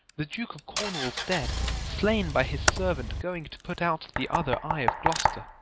the duke of cornwall s dead, slain by his servant, going to put out the other eye of gloucester.